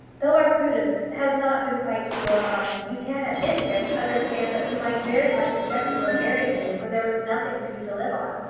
though our prudence has not been quite to your mind, you can at any rate understand that we might very much object to her marrying you when there was nothing for you to live on,